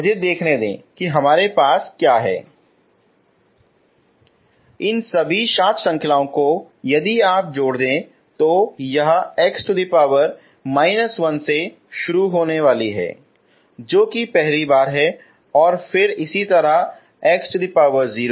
मुझे देखने दो कि हमारे पास क्या है इन सभी सात श्रृंखलाओं को यदि आप जोड़ दें तो यह x−1 से शुरू होने वाली है जो कि पहली बार है और फिर इसी तरह x0 अगला पद इत्यादि